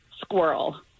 squirrel